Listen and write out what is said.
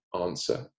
answer